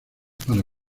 para